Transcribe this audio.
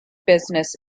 business